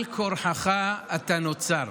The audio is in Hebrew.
על כורחך אתה נוצר,